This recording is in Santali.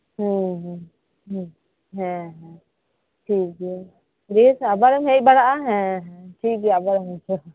ᱦᱮᱸ ᱦᱮᱸ ᱦᱮᱸ ᱦᱮᱸ ᱴᱷᱤᱠᱜᱮᱭᱟ ᱵᱮᱥ ᱟᱵᱟᱨᱮᱢ ᱦᱮᱡ ᱵᱟᱲᱟᱜ ᱟ ᱦᱮᱸ ᱦᱮᱸ ᱴᱷᱤᱠᱜᱮᱭᱟ